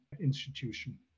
institution